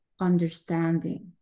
understanding